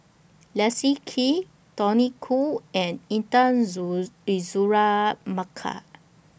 Leslie Kee Tony Khoo and Intan Azura Mokhtar